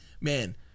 man